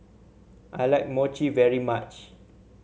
I like Mochi very much